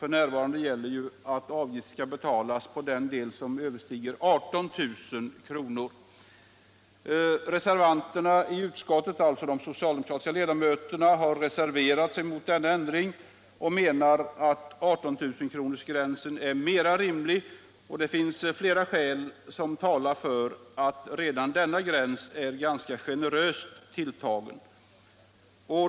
F.n. gäller att avgift skall betalas på den del av inkomsten som överstiger 18 000 kr. De socialdemokratiska ledamöterna i utskottet har reserverat sig mot denna ändring och menar att 18 000-kronorsgränsen är mera rimlig. Flera skäl talar för att redan denna gräns är ganska generöst tilltagen.